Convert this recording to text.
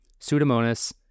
pseudomonas